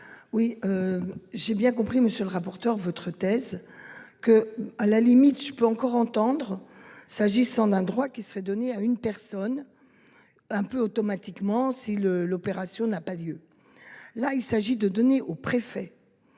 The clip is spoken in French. Oui. J'ai bien compris monsieur le rapporteur. Votre thèse que à la limite je peux encore entendre. S'agissant d'un droit qui serait donnée à une personne. Un peu automatiquement. Si le, l'opération n'a pas lieu. Là il s'agit de donner aux préfets.